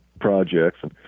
projects